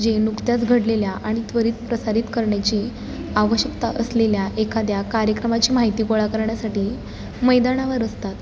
जे नुकत्याच घडलेल्या आणि त्वरित प्रसारित करण्याची आवश्यकता असलेल्या एखाद्या कार्यक्रमाची माहिती गोळा करण्यासाठी मैदानावर असतात